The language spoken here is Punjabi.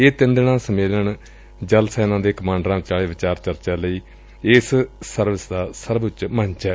ਇਹ ਤਿੰਨ ਰੋਜ਼ਾ ਸੰਮੇਲਨ ਜਲ ਸੈਨਾ ਦੇ ਕਮਾਂਡਰਾਂ ਵਿਚਾਲੇ ਵਿਚਾਰ ਚਰਚਾ ਲਈ ਇਸ ਸਰਵਿਸ ਦਾ ਸਰਵ ਉੱਚ ਮੰਚ ਐ